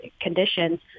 conditions